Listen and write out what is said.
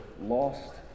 lost